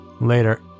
Later